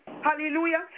Hallelujah